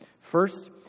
First